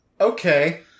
Okay